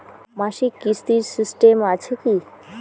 মাসিক কিস্তির সিস্টেম আছে কি?